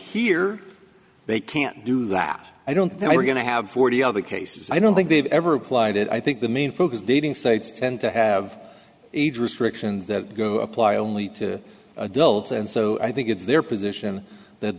here they can't do that i don't think we're going to have forty of the cases i don't think they've ever applied and i think the main focus dating sites tend to have age restrictions that go apply only to adults and so i think it's their position that